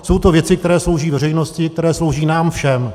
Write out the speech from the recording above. Jsou to věci, které slouží veřejnosti, které slouží nám všem.